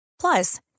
Plus